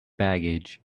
baggage